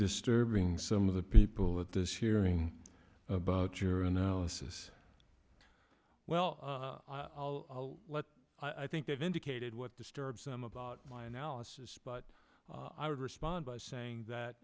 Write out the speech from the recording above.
disturbing some of the people at this hearing about your analysis well i'll let i think they've indicated what disturbs them about my analysis but i would respond by saying that